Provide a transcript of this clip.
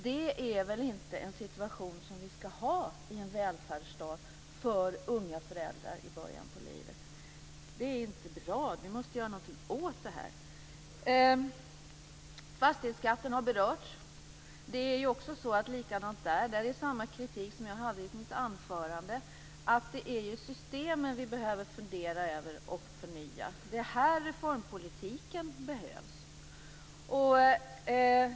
Det är väl inte en situation som vi ska ha i en välfärdsstat för unga föräldrar i början av livet? Det är inte bra. Vi måste göra någonting åt detta. Fastighetsskatten har berörts. Där finns samma kritik som jag hade i mitt anförande. Det är systemen vi behöver fundera över och förnya. Det är här reformpolitiken behövs.